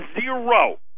zero